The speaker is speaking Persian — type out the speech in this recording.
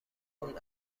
اون